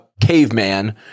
caveman